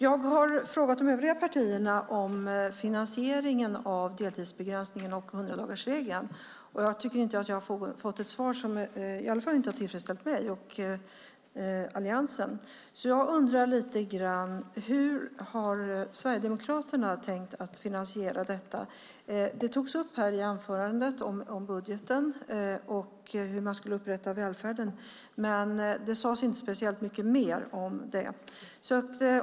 Jag har frågat de övriga partierna om finansieringen av deltidsbegränsningen och 100-dagarsregeln, men jag tycker inte att jag har fått ett svar, i alla fall inte ett som har tillfredsställt mig och Alliansen. Därför undrar jag lite grann: Hur har Sverigedemokraterna tänkt finansiera detta? Budgeten togs upp i anförandet och hur man skulle upprätthålla välfärden, men det sades inte speciellt mycket mer om det.